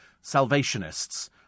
Salvationists